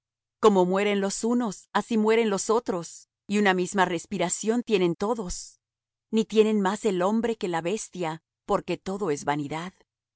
como mueren los unos así mueren los otros y una misma respiración tienen todos ni tiene más el hombre que la bestia porque todo es vanidad